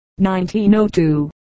1902